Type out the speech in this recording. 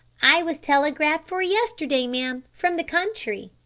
i was telegraphed for yesterday, ma'am, from the country.